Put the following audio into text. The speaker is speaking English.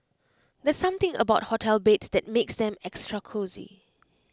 there's something about hotel beds that makes them extra cosy